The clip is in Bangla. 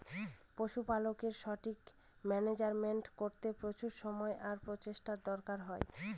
পশুপালকের সঠিক মান্যাজমেন্ট করতে প্রচুর সময় আর প্রচেষ্টার দরকার হয়